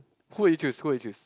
who you choose who you choose